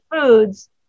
foods